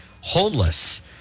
homeless